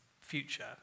future